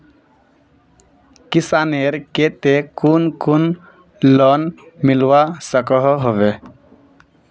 किसानेर केते कुन कुन लोन मिलवा सकोहो होबे?